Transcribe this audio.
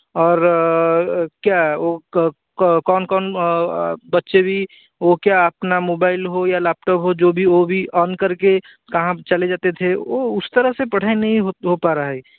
और क्या वह कौन कौन बच्चे भी वह क्या अपना मोबाइल हो या लैपटॉप हो जो भी वह भी ऑन करके कहाँ चले जाते थे वह उसे तरह से पढ़ाई नहीं हो पा रहा है